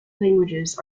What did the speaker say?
languages